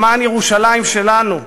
למען ירושלים שלנו,